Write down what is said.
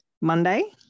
Monday